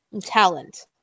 talent